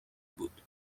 بود